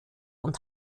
und